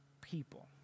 people